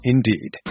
Indeed